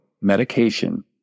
medication